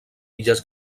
illes